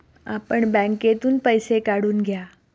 आपण बँकेतून पैसे काढून घ्या